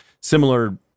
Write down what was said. similar